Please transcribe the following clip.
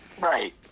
right